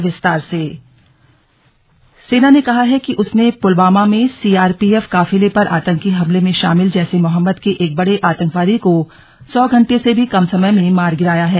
slug सेना PC सेना ने कहा है कि उसने पुलवामा में सी आर पी एफ काफिले पर आतंकी हमले में शामिल जैश ए मोहम्मद के एक बड़े आतंकवादी को सौ घंटे से भी कम समय में मार गिराया है